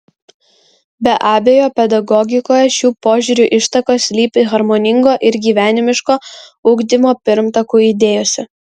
be abejo pedagogikoje šių požiūrių ištakos slypi harmoningo ir gyvenimiško ugdymo pirmtakų idėjose